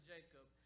Jacob